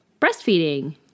breastfeeding